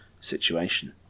situation